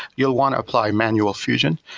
you'll want to apply manual fusion.